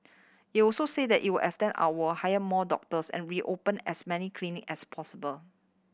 it also said that it will extend hour hire more doctors and reopen as many clinic as possible